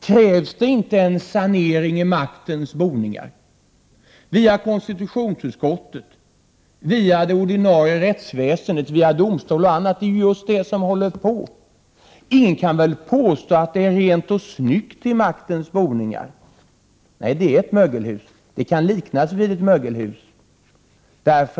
Krävs det inte en sanering i maktens boningar via konstitutionsutskottet, via det ordinarie rättsväsendet, via domstol och annat? Det är ju just det som pågår. Ingen kan väl påstå att det är rent och snyggt i maktens boningar? Nej, de kan liknas vid ett mögelhus.